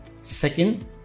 Second